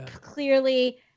clearly